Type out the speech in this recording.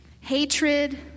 hatred